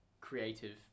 creative